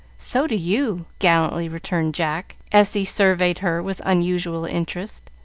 so do you, gallantly returned jack, as he surveyed her with unusual interest.